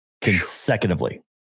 consecutively